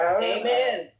Amen